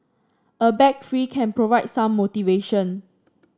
a bag fee can provide some motivation